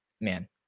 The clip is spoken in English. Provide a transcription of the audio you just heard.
man